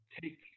take